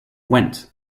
went